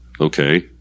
okay